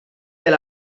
del